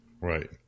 Right